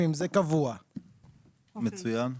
מצוין.